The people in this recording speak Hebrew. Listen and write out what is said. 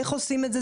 איך עושים את זה?